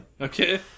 Okay